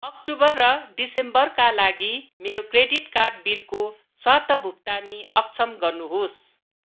October र दिसम्बरका लागि मेरो क्रेडिट कार्ड बिलको स्वत भुक्तानी अक्षम गर्नुहोस्